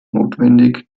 notwendig